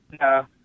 No